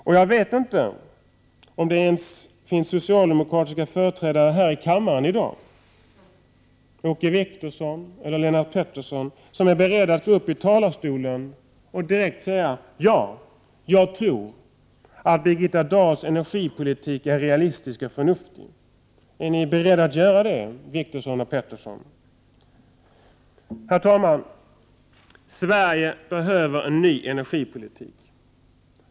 Och jag vet inte om det ens finns socialdemokratiska företrädare här i kammaren i dag — Åke Wictorsson eller Lennart Pettersson — som är beredda att gå upp i talarstolen och direkt säga: Ja, jag tror att Birgitta Dahls energipolitik är realistisk och förnuftig. Är ni beredda att göra det, Wictorsson och Pettersson? Herr talman! Sverige behöver en ny energipolitik.